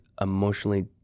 emotionally